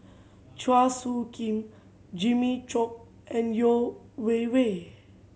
Chua Soo Khim Jimmy Chok and Yeo Wei Wei